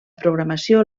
programació